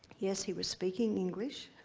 yes, he was speaking english.